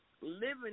living